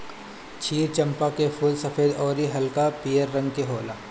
क्षीर चंपा के फूल सफ़ेद अउरी हल्का पियर रंग के होला